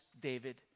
David